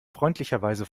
freundlicherweise